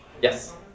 Yes